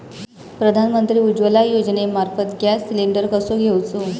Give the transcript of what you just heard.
प्रधानमंत्री उज्वला योजनेमार्फत gas cylinder कसो घेऊचो?